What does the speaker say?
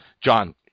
John